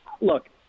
look